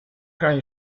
high